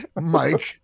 Mike